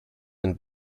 den